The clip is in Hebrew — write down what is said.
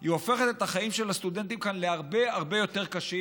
היא הופכת את החיים של הסטודנטים כאן להרבה הרבה יותר קשים.